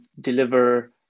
deliver